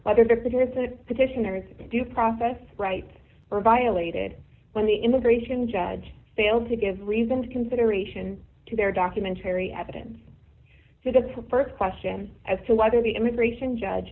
whether the figures that petitioners due process rights were violated when the immigration judge failed to give reasons consideration to their documentary evidence to that st question as to whether the immigration judge